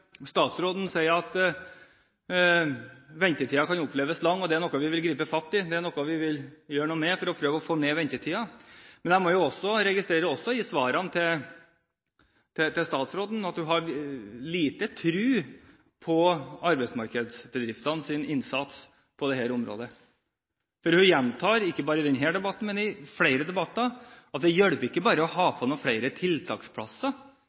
statsråden sier at ventetiden kan oppleves lang, og at det er noe de vil gripe fatt i, det er noe de vil gjøre noe med, for å prøve å få den ned. Men jeg registrerer også at statsråden i sitt svar har lite tro på arbeidsmarkedsbedriftenes innsats på dette området, for hun gjentar, ikke bare i denne debatten, men i flere debatter, at det hjelper ikke bare å få noen flere tiltaksplasser